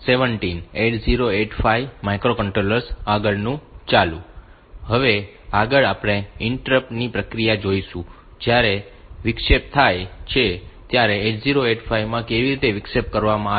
હવે આગળ આપણે ઈન્ટ્રપ્ટ interrupts વિક્ષેપ ની પ્રક્રિયા જોઈશું જ્યારે વિક્ષેપ થાય છે ત્યારે 8085 માં કેવી રીતે વિક્ષેપ કરવામાં આવે છે